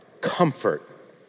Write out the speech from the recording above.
comfort